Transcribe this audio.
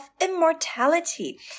immortality